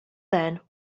then